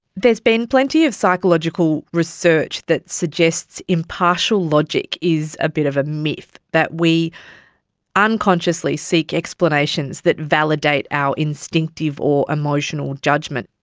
there has been plenty of psychological research that suggests impartial logic is a bit of a myth, that we unconsciously seek explanations that validate our instinctive or emotional judgement.